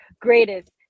greatest